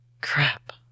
Crap